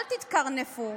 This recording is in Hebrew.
אל תתקרנפו.